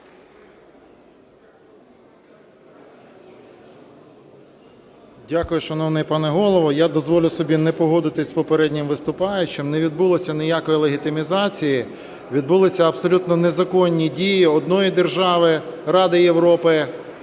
Дякую, шановний пане Голово! Я дозволю собі не погодитися з попереднім виступаючим. Не відбулося ніякої легітимізації, відбулися абсолютно незаконні дії одної держави Ради Європи